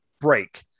break